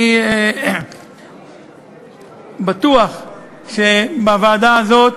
אני בטוח שהוועדה הזאת,